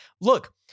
Look